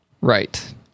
Right